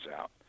out